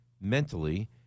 mentally